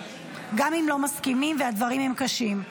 גם אם לא מסכימים והדברים הם קשים.